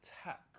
attack